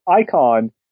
icon